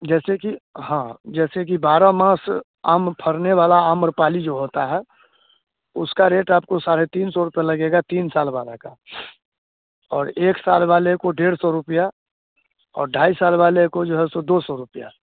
जैसे कि हाँ जैसे कि बारह मास आम फलने वाला आम्रपाली जो होता है उसका रेट आपको साढ़े तीन सौ रुपये लगेगा तीन साल वाला का और एक साल वाले को डेढ़ सौ रुपये और ढाई साल वाले का जो है सो दो सौ रुपये